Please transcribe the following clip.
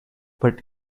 but